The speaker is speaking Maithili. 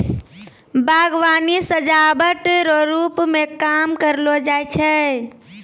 बागवानी सजाबट रो रुप मे काम करलो जाय छै